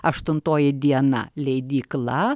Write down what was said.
aštuntoji diena leidykla